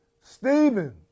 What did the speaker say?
Stephen